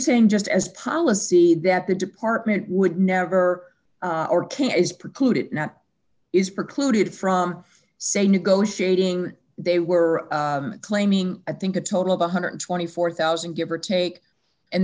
saying just as policy that the department would never or king is precluded not is precluded from say negotiating they were claiming i think a total of one hundred and twenty four thousand give or take and